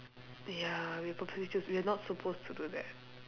ya we purposely choose we are not supposed to do that